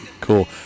Cool